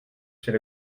c’est